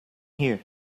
here